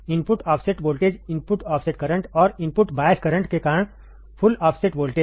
input offset voltage input offset current और input bias current के कारण कुल ऑफसेट वोल्टेज